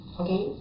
okay